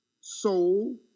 soul